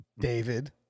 David